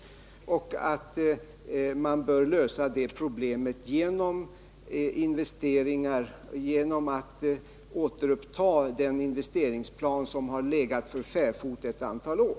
Vi har vidare framhållit att problemet bör lösas genom att man återupptar de investeringar som eftersatts ett antal är.